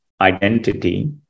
identity